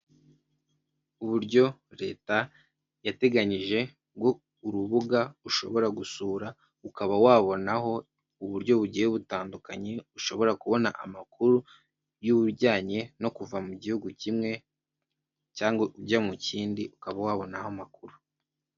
Uburyo leta yateganyije ngo urubuga ushobora gusura ukaba wabonaho uburyo bugiye butandukanye ushobora kubona amakuru y'ubujyanye no kuva mu gihugu kimwe cyangwa ujya mu kindi, ukaba wabonaho amakuru.